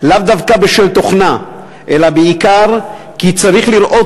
לאו דווקא בשל תוכנה אלא בעיקר כי צריך לראות